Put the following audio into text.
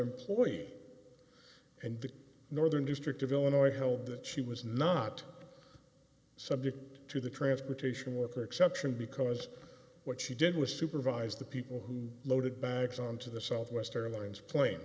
employee and the northern district of illinois held that she was not subject to the transportation with her exception because what she did was supervise the people who loaded bags on to the southwest airlines